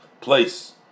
place